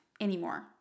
anymore